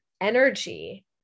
energy